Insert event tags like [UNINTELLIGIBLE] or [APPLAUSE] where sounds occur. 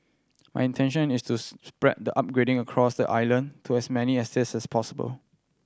an intention is to [UNINTELLIGIBLE] spread the upgrading across the island to as many estates as possible